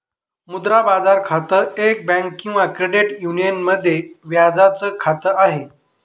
मुद्रा बाजार खातं, एक बँक किंवा क्रेडिट युनियन मध्ये व्याजाच खात आहे